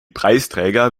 preisträger